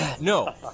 No